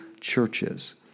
churches